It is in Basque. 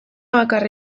bakarra